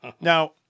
Now